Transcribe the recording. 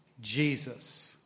Jesus